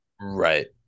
right